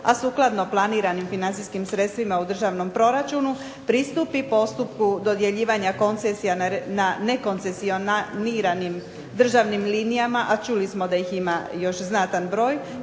a sukladno planiranim financijskim sredstvima u državnom proračunu pristupi postupku dodjeljivanja koncesija na nekoncesioniranim državnim linijama, a čuli smo da ih ima još znatan broj